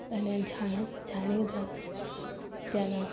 અને જાણ જાણીતા છે ત્યાંનાં